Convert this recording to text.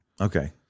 Okay